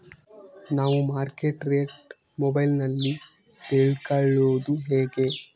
ನಾವು market rate ಅನ್ನು ಮೊಬೈಲಲ್ಲಿ ತಿಳ್ಕಳೋದು ಹೇಗೆ?